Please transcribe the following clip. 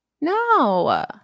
No